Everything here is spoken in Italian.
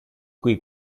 cui